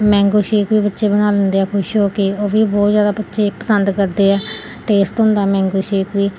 mango shake ਵੀ ਬੱਚੇ ਬਣਾ ਲੈਂਦੇ ਆ ਖੁਸ਼ ਹੋ ਕੇ ਉਹ ਵੀ ਬਹੁਤ ਜ਼ਿਆਦਾ ਬੱਚੇ ਪਸੰਦ ਕਰਦੇ ਆ ਟੇਸਟ ਹੁੰਦਾ ਮੈਂਗੋ ਸ਼ੇਕ ਵੀ